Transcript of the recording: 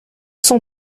cent